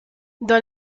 dans